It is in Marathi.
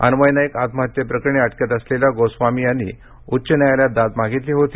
अन्वय नाईक आत्महत्येप्रकरणी अटकेत असलेल्या अर्णब गोस्वामी यांनी उच्च न्यायालयात दाद मागितली होती